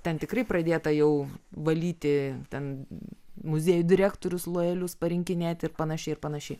ten tikrai pradėta jau valyti ten muziejų direktorius lojalius parinkinėti ir panašiai ir panašiai